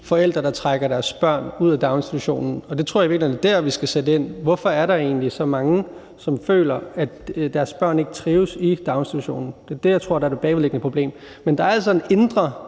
forældre, der trækker deres børn ud af daginstitutionen, og det tror jeg i virkeligheden er dér, vi skal sætte ind. Hvorfor er der egentlig så mange, som føler, at deres børn ikke trives i daginstitutionen? Det er det, jeg tror er det bagvedliggende problem. Men der er altså en indre